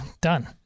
done